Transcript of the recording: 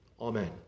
Amen